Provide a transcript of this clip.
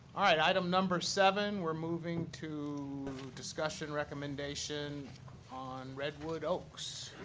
all right, item number seven we're moving to discussion recommendation on redwood oaks.